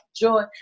joy